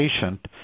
patient